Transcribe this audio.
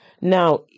Now